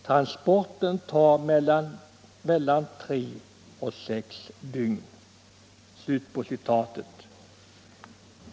Transporten tar mellan tre och sex dygn!” Herr talman!